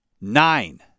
Nine